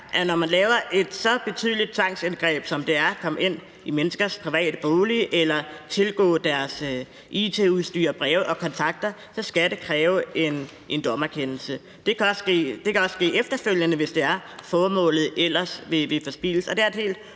at når man laver et så betydeligt tvangsindgreb, som det er at komme ind i menneskers private bolig eller tilgå deres it-udstyr, breve og kontakter, så skal det kræve en dommerkendelse. Det kan også ske efterfølgende, hvis det er, at formålet ellers ville forspildes.